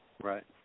Right